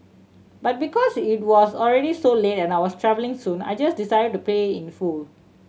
but because it was already so late and I was travelling soon I just decided to pay in full